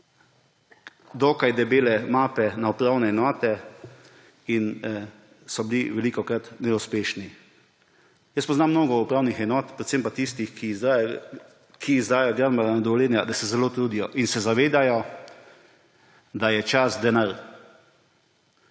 dokaj debele mape na upravne enote in so bili velikokrat neuspešni. Jaz poznam mnogo upravnih enot, predvsem pa tistih, ki izdajajo gradbena dovoljenja, da se zelo trudijo in se zavedajo, da je čas denar,